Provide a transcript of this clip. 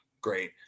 great